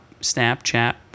Snapchat